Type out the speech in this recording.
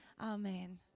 Amen